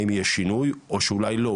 האם יש שינוי או שאולי לא?